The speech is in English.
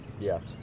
yes